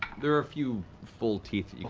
there are a few full teeth